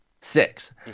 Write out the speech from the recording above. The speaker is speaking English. Six